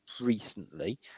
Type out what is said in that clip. recently